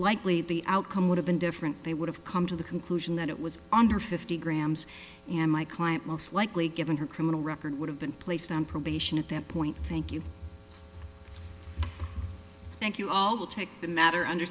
likely the outcome would have been different they would have come to the conclusion that it was under fifty grams and my client most likely given her criminal record would have been placed on probation at that point thank you thank you all take the matter under